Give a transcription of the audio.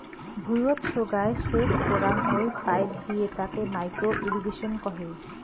ভুঁইয়ত সোগায় সেচ করাং হই পাইপ দিয়ে তাকে মাইক্রো ইর্রিগেশন কহে